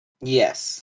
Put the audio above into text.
Yes